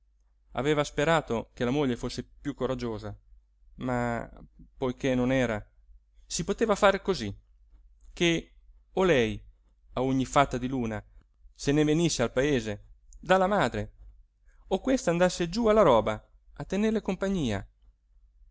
aveva sperato che la moglie fosse piú coraggiosa ma poiché non era si poteva far cosí che o lei a ogni fatta di luna se ne venisse al paese dalla madre o questa andasse giú alla roba a tenerle compagnia